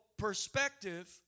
perspective